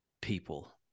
people